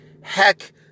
Heck